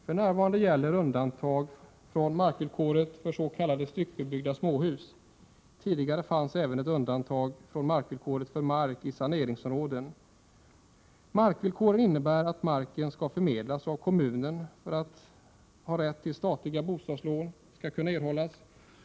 För närvarande gäller undantag från markvillkoret för s.k. styckebyggda småhus. Tidigare fanns även ett undantag från markvillkoret för mark i saneringsområden. Markvillkoret innebär att marken skall förmedlas av kommunen för att rätt till statliga bostadslån skall erhållas.